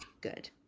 Good